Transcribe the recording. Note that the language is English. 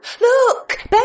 Look